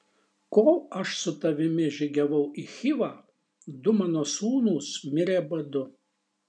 kol aš su tavimi žygiavau į chivą du mano sūnūs mirė badu